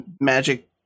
magic